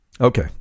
Okay